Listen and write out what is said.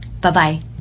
Bye-bye